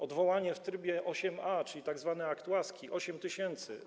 Odwołanie w trybie 8a, czyli tzw. akt łaski, 8 tys.